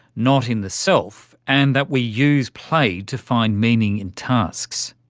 not in the self, and that we use play to find meaning in tasks.